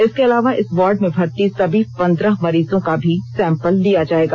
इसके अलावा इस वार्ड में भर्ती सभी पंद्रह मरीजों का भी सैंपल लिया जाएगा